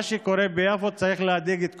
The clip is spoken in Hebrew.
מה שקורה ביפו צריך להדאיג את כולנו.